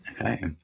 Okay